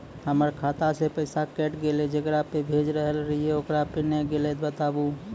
हमर खाता से पैसा कैट गेल जेकरा पे भेज रहल रहियै ओकरा पे नैय गेलै बताबू?